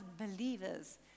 believers